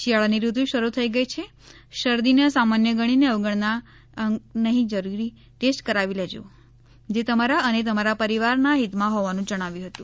શિયાળાની ઋતુ શરૂ થઈ ગઈ છે શરદીને સામાન્ય ગણીને અવગણતા નહીં જરૂરી ટેસ્ટ કરાવી લેજો જે તમારા અને તમારા પરિવારના હીતમાં હોવાનું જણાવ્યું હતું